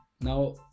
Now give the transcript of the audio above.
now